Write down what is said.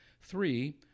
Three